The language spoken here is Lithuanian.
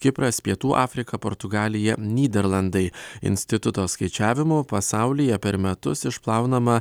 kipras pietų afrika portugalija nyderlandai instituto skaičiavimu pasaulyje per metus išplaunama